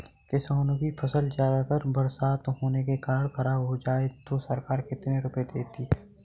किसानों की फसल ज्यादा बरसात होने के कारण खराब हो जाए तो सरकार कितने रुपये देती है?